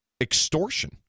extortion